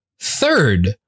third